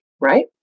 right